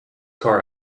car